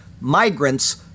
migrants